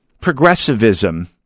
Progressivism